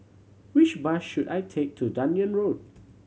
which bus should I take to Dunearn Road